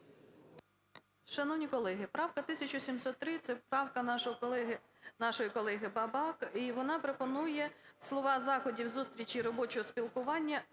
Шановні колеги, правка 1703 це правка нашої колеги Бабак, і вона пропонує слова "заходів, зустрічей і робочого спілкування"